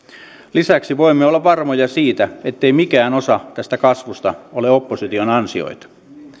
lisäksi voimme olla varmoja siitä ettei mikään osa tästä kasvusta ole opposition ansiota